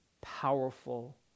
powerful